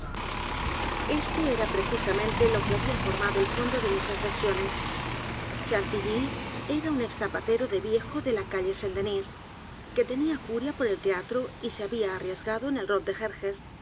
esto era precisamente lo que había formado el fondo de mis reflexiones chantilly era un ex zapatero de viejo de la calle saint-denis que tenía furia por el teatro y se había arriesgado en el rol de